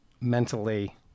mentally